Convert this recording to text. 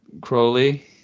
Crowley